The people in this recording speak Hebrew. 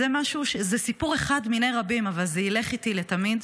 זה סיפור אחד מני רבים, אבל זה ילך איתי תמיד.